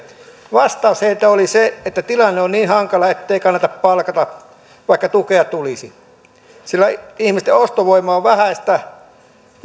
vastaus heiltä oli se että tilanne on niin hankala ettei kannata palkata vaikka tukea tulisi ihmisten ostovoima on vähäistä ja